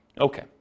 Okay